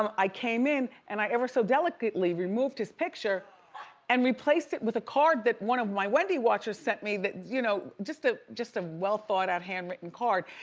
um i came in and i ever so delicately removed his picture and replaced it with a card that one of my wendy watchers sent me that, you know, just ah just a well thought out handwritten card.